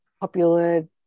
popular